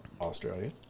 Australia